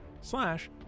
slash